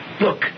Look